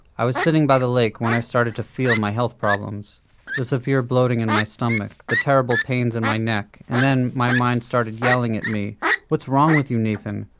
i was sitting by the lake when i started to feel my health problems the severe bloating in my stomach, the terrible pains in my neck, and then my mind started yelling at me what's wrong with you nathan?